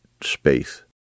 space